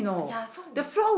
ya so